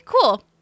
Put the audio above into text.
cool